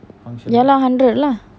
ya lah hundred lah